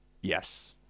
Yes